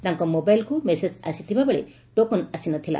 ତାଙ୍ ମୋବାଇଲ୍କୁ ମେସେଜ୍ ଆସିଥିବା ବେଳେ ଟୋକନ୍ ଆସିନଥିଲା